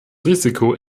risiko